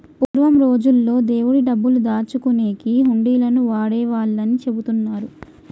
పూర్వం రోజుల్లో దేవుడి డబ్బులు దాచుకునేకి హుండీలను వాడేవాళ్ళని చెబుతున్నరు